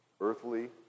earthly